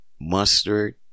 mustard